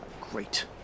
great